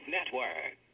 Network